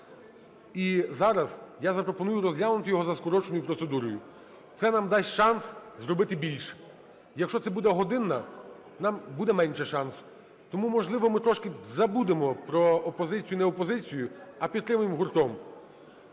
і зараз я запропоную розглянути його за скороченою процедурою. Це нам дасть шанс зробити більше. Якщо це буде годинна, нам буде менше шансу, тому, можливо, ми трошки забудемо про опозицію-неопозицію, а підтримаємо гуртом.